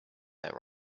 that